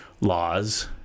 laws